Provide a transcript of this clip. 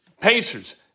Pacers